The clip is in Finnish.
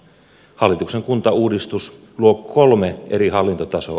hallituksen kuntauudistus luo kolme eri hallintotasoa